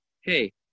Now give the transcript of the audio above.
Hey